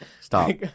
Stop